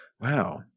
Wow